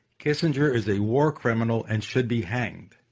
kissinger is a war criminal and should be hanged.